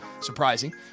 surprising